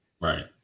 right